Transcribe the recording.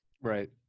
Right